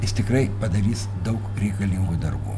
jis tikrai padarys daug reikalingų darbų